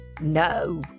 No